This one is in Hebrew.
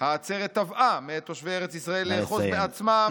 העצרת תבעה מאת תושבי ארץ ישראל לאחוז בעצמם,